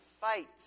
fight